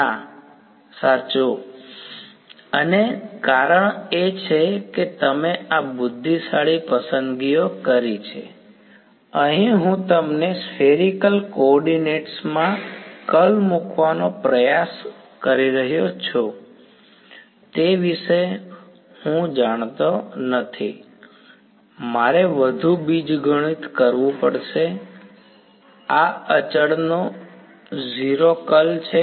ના સાચું અને કારણ એ છે કે તમે આ બુદ્ધિશાળી પસંદગીઓ કરી છે અહીં હું તમને સ્ફેરિકલ કો ઓર્ડિનેટ્સ માં કર્લ મૂકવાનો પ્રયાસ કરી રહ્યો છું તે વિશે હું જાણતો નથી મારે વધુ બીજગણિત કરવું પડશે આ અચળનો 0 કર્લ છે